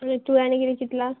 तूं तूंवे आनी किदें कितलां